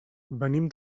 venim